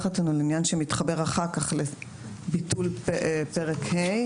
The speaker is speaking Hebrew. אותנו לעניין שמתחבר אחר כך לביטול פרק ה',